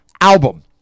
Album